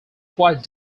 quite